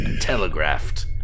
telegraphed